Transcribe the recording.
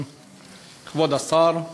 כבוד סגן השר,